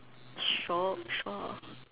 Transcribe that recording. sure sure